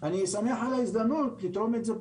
אני שמח על ההזדמנות לתרום את זה פה.